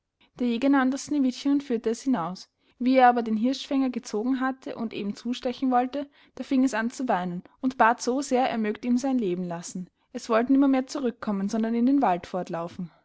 sneewittchen und führte es hinaus wie er aber den hirschfänger gezogen hatte und eben zustechen wollte da fing es an zu weinen und bat so sehr er mögt ihm sein leben lassen es wollt nimmermehr zurückkommen sondern in dem wald fortlaufen